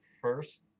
first